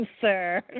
sir